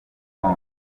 hon